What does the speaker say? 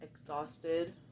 exhausted